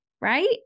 right